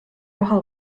raha